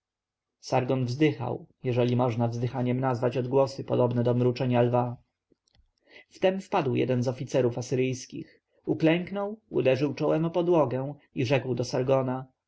sargon wzdychał jeżeli można wzdychaniem nazwać odgłosy podobne do mruczenia lwa wtem wpadł jeden z oficerów asyryjskich uklęknął uderzył czołem o podłogę i rzekł do sargona